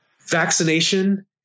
vaccination